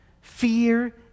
fear